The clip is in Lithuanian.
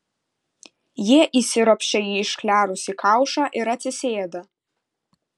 jie įsiropščia į išklerusį kaušą ir atsisėda